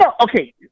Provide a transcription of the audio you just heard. okay